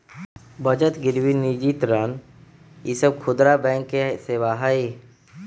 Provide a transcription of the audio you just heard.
बचत गिरवी निजी ऋण ई सब खुदरा बैंकवा के सेवा हई